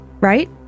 right